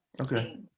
okay